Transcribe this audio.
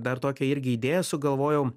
dar tokią irgi idėją sugalvojau